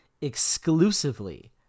exclusively